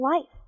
life